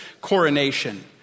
coronation